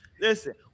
Listen